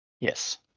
Yes